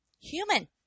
Human